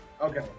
Okay